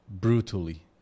brutally